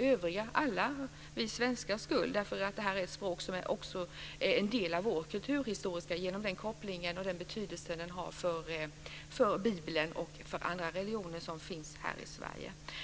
även för alla vi svenskars skull, därför att det här är ett språk som också är en del av vår kulturhistoria genom den koppling och den betydelse det har för Bibeln och för andra religioner som finns här i Sverige.